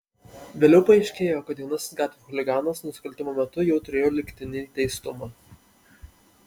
vėliau paaiškėjo kad jaunasis gatvių chuliganas nusikaltimo metu jau turėjo lygtinį teistumą